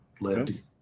Lefty